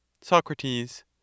Socrates